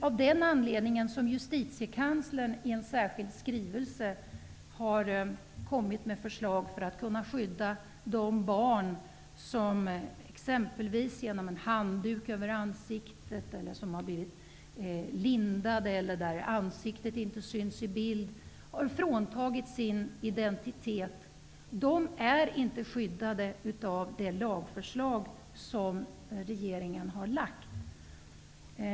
Av den anledningen har justitiekanslern i en särskild skrivelse kommit med förslag för att de barn som har fråntagits sin identitet, exempelvis genom att de har fått en handduk över ansiktet, blivit lindade eller då ansiktet inte syns i bild, skall kunna skyddas. Dessa barn är inte skyddade av det lagförslag som regeringen har lagt fram.